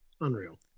Unreal